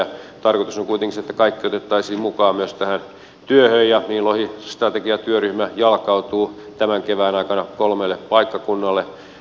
tarkoitus on kuitenkin se että kaikki otettaisiin mukaan myös tähän työhön ja niin lohistrategiatyöryhmä jalkautuu tämän kevään aikana kolmelle paikkakunnalle